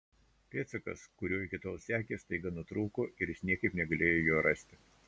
pėdsakas kuriuo iki tol sekė staiga nutrūko ir jis niekaip negalėjo jo rasti